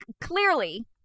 clearly